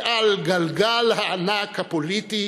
שעל הגלגל הענק הפוליטי